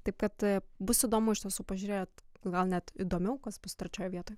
taip kad bus įdomu iš tiesų pažiūrėt gal net įdomiau kas bus trečioj vietoj